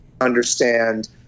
understand